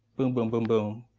boom, boom, boom, boom,